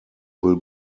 will